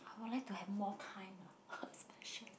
I would like to have more time lah